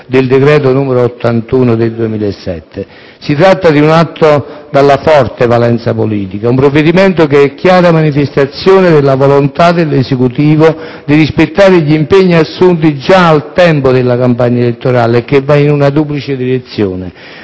del decreto-legge n. 81 del 2007. Si tratta di un atto dalla forte valenza politica, di un provvedimento che è chiara manifestazione della volontà dell'Esecutivo di rispettare gli impegni assunti già all'epoca della campagna elettorale e che va in una duplice direzione